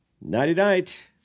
Nighty-night